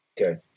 Okay